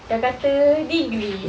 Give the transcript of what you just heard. dah kata degree